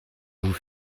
vous